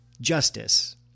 justice